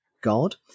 god